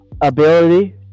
ability